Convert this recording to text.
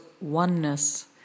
oneness